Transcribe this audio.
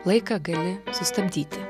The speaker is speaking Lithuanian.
laiką gali sustabdyti